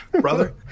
brother